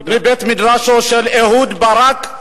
מבית-מדרשו של אהוד ברק,